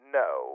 no